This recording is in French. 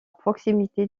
proximité